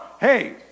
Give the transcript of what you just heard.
hey